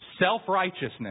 self-righteousness